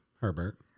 Herbert